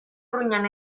urruñan